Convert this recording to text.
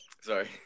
Sorry